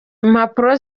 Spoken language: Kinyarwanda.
impapuro